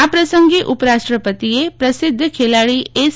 આ પ્રસંગે ઉપરાષ્ટ્રપતિએ પ્રસિધ્ધ ખેલાડી એસ